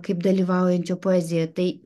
kaip dalyvaujančio poezijoj tai